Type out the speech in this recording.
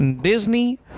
Disney